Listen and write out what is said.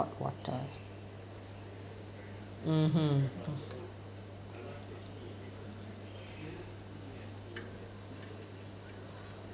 hot water mmhmm